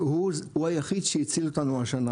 הוא היחיד שהציל אותנו השנה,